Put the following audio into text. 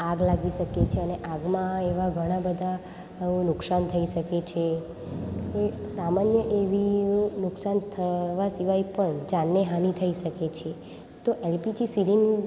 આગ લાગી શકે છે ને આગમાં એવાં ઘણાં બધાં નુક્સાન થઇ શકે છે સામાન્ય એવી નુક્સાન થવા સિવાય પણ જાનહાનિ થઇ શકે છે તો એલપીજી સિલિન્ડર